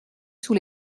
sous